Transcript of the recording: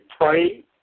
pray